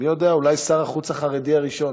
מי יודע, אולי שר החוץ החרדי הראשון.